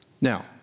Now